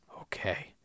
okay